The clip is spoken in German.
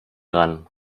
ran